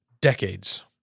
decades